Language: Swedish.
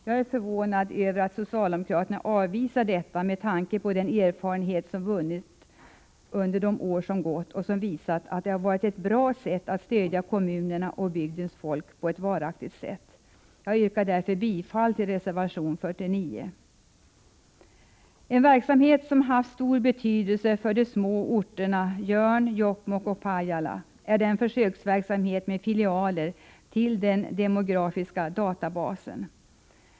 Jag är förvånad över att socialdemokraterna avvisar detta, med tanke på den erfarenhet som vunnits under de år då stödet funnits och som visat att detta stöd har varit ett bra sätt att bistå kommunerna och bygdens folk på ett varaktigt sätt. Jag yrkar bifall till reservation 49. En verksamhet som har haft stor betydelse för de små orterna Jörn, Jokkmokk och Pajala är försöksverksamheten med filialer till den demografiska databasen.